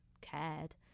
cared